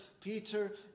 Peter